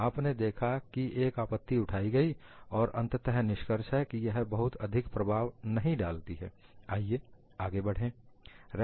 आपने देखा कि एक आपत्ति उठाई गई और अंततः निष्कर्ष है कि यह बहुत अधिक प्रभाव नहीं डालती है आइए आगे बढ़े